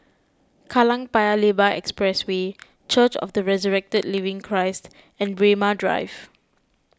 Kallang Paya Lebar Expressway Church of the Resurrected Living Christ and Braemar Drive